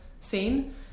scene